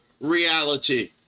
reality